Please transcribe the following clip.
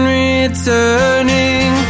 returning